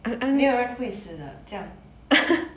没有人会死的这样